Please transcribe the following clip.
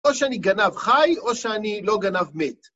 או שאני גנב חי, או שאני לא גנב מת.